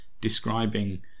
describing